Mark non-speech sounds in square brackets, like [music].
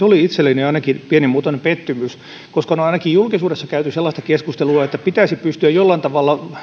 [unintelligible] oli itselleni ainakin pienimuotoinen pettymys on on ainakin julkisuudessa käyty sellaista keskustelua että pitäisi pystyä jollain tavalla